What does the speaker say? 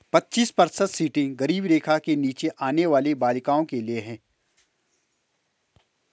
पच्चीस प्रतिशत सीटें गरीबी रेखा के नीचे आने वाली बालिकाओं के लिए है